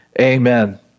amen